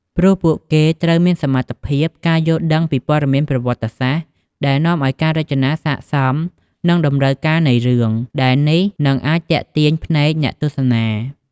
ព្រោះពួកគេត្រូវមានសមត្ថភាព ការយល់ដឹងពីព័ត៌មានប្រវត្តិសាស្ត្រ ដែលនាំឲ្យការរចនាស័ក្តិសមនឹងតម្រូវការនៃរឿង ដែលនេះនិងអាចទាក់ទាញភ្នែកអ្នកទស្សនា ។